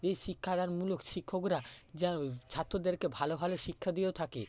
এই শিক্ষাদানমূলক শিক্ষকরা যারা ও ছাত্রদেরকে ভালো ভালো শিক্ষা দিয়েও থাকে